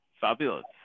Fabulous